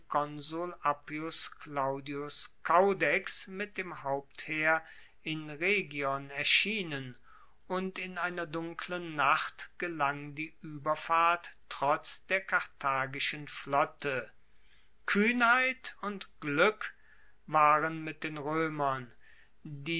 claudius caudex mit dem hauptheer in rhegion erschienen und in einer dunklen nacht gelang die ueberfahrt trotz der karthagischen flotte kuehnheit und glueck waren mit den roemern